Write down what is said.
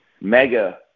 mega